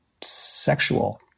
sexual